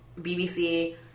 BBC